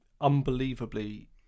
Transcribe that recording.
unbelievably